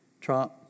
Trump